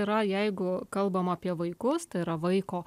yra jeigu kalbam apie vaikus tai yra vaiko